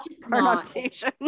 pronunciation